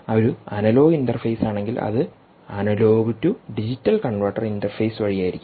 അത് ഒരു അനലോഗ് ഇന്റർഫേസാണെങ്കിൽ അത് analogue to digital converter interface വഴിയായിരിക്കും